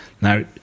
now